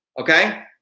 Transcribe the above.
Okay